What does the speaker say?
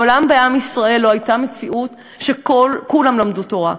מעולם בעם ישראל לא הייתה מציאות שכולם למדו תורה.